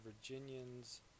Virginians